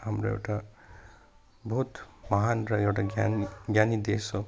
हाम्रो एउटा बहुत महान् र एउटा ज्ञानी ज्ञानी देश हो